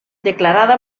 declarada